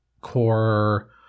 core